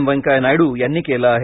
वेंकैया नायडू यांनी केलं आहे